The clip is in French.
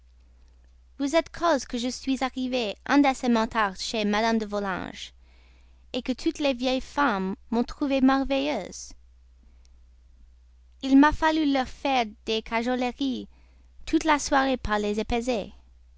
vous êtes cause que je suis arrivée indécemment tard chez mme de volanges que toutes les vieilles femmes m'ont trouvée merveilleuse il m'a fallu leur faire des cajoleries toute la soirée pour les